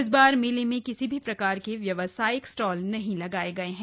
इस बार मेले में किसी प्रकार के व्यावसायिक सटॉल नहीं लगाए गए हैं